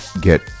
get